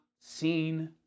seen